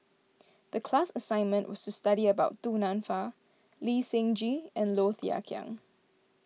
the class assignment was to study about Du Nanfa Lee Seng Gee and Low Thia Khiang